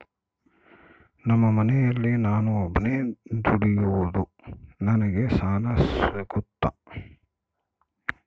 ನಮ್ಮ ಮನೆಯಲ್ಲಿ ನಾನು ಒಬ್ಬನೇ ದುಡಿಯೋದು ನನಗೆ ಸಾಲ ಸಿಗುತ್ತಾ?